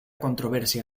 controversia